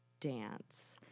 dance